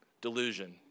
delusion